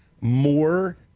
more